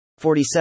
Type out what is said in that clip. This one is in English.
47